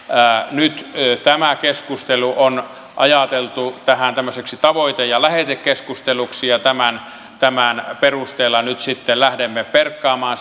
nyt tämä keskustelu on ajateltu tähän tämmöiseksi tavoite ja lähetekeskusteluksi ja tämän tämän perusteella nyt sitten lähdemme perkaamaan